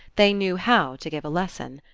they knew how to give a lesson.